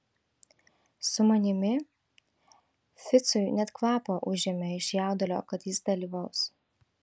su manimi ficui net kvapą užėmė iš jaudulio kad jis dalyvaus